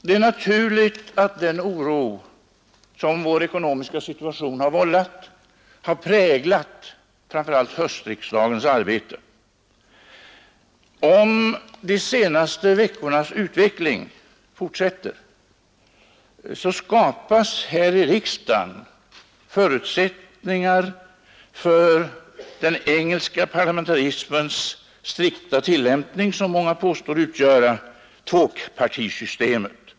Det är naturligt att den oro, som vår ekonomiska situation har vållat, har präglat framför allt höstriksdagens arbete. Om de senaste veckornas utveckling fortsätter, skapas här i riksdagen förutsättningar för den engelska parlamentarismens strikta tillämpning som många påstår utgöra tvåpartisystemet.